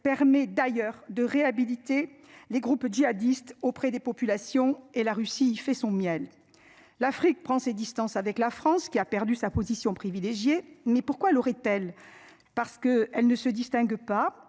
permet d'ailleurs de réhabiliter les groupes djihadistes auprès des populations et la Russie. Il fait son miel. L'Afrique prend ses distances avec la France qui a perdu sa position privilégiée mais pourquoi l'aurait-elle parce que elle ne se distingue pas